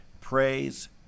praise